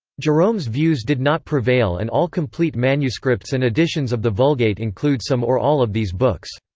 jerome's views did not prevail and all complete manuscripts and editions of the vulgate include some or all of these books.